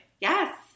Yes